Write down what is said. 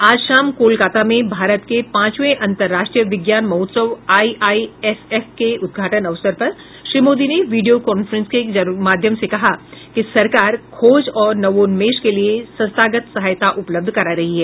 आज शाम कोलकाता में भारत के पांचवें अंतर्राष्ट्रीय विज्ञान महोत्सव आई आई एस एफ के उद्घाटन अवसर पर श्री मोदी ने विडियो कॉन्फ्रेंसिंग के माध्यम से कहा कि सरकार खोज और नवोन्मेष के लिए संस्थागत सहायता उपलब्ध करा रही है